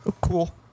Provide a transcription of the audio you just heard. cool